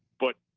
but